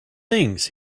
things